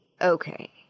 okay